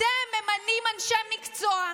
אתם ממנים אנשי מקצוע,